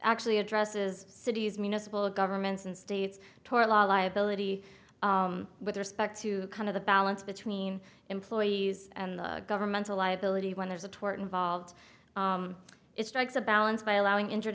actually addresses cities municipal governments and states torah law liability with respect to kind of the balance between employees and governmental liability when there's a tort involved it strikes a balance by allowing injured